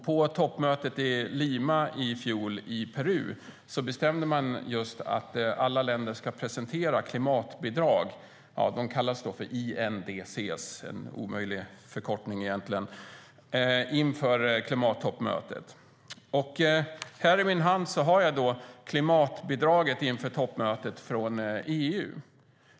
På toppmötet i Lima i Peru i fjol bestämde man just att alla länder ska presentera klimatbidrag, så kallade INDC - en omöjlig förkortning egentligen - inför klimattoppmötet. Här i min hand har jag EU:s klimatbidrag inför toppmötet.